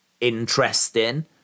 interesting